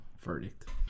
verdict